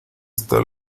esta